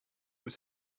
was